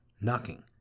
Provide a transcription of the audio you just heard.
knocking